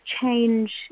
change